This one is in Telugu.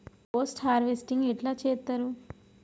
పోస్ట్ హార్వెస్టింగ్ ఎట్ల చేత్తరు?